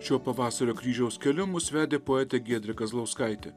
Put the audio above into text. šio pavasario kryžiaus keliu mus vedė poetė giedrė kazlauskaitė